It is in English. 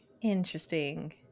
interesting